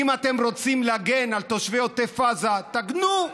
אם אתם רוצים להגן על תושבי עוטף עזה, תגנו.